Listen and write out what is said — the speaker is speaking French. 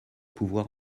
pouvoir